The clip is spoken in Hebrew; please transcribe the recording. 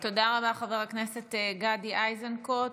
תודה רבה, חבר הכנסת גדי איזנקוט.